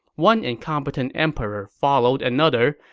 one incompetent emperor followed another,